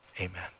Amen